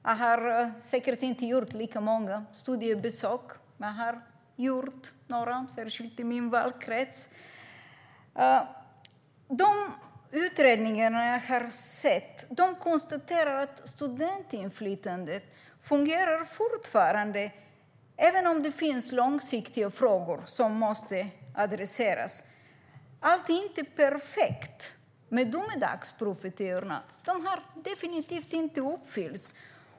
Jag har säkert inte gjort lika många studiebesök. Men jag har gjort några, särskilt i min valkrets. Men i de utredningar som jag har sett konstaterar man att studentinflytandet fortfarande fungerar, även om det finns långsiktiga frågor som måste adresseras. Allt är inte perfekt, men domedagsprofetiorna har definitivt inte uppfyllts.